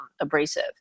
abrasive